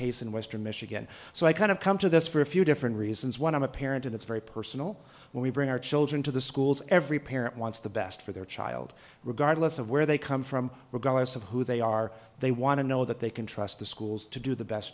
case in western michigan so i kind of come to this for a few different reasons one i'm a parent and it's very personal when we bring our children to the schools every parent wants the best for their child regardless of where they come from regardless of who they are they want to know that they can trust the schools to do the best